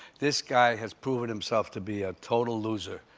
this guy has proven himself to be a total loser.